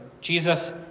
Jesus